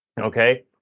Okay